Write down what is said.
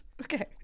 Okay